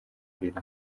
filimi